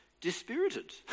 dispirited